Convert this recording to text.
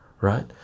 right